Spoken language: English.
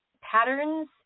patterns